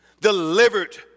Delivered